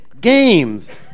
games